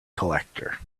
collector